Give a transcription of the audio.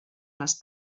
les